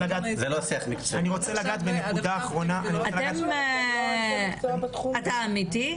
אני רוצה לגעת בנקודה אחרונה --- אתה אמיתי?